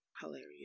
hilarious